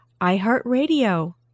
iHeartRadio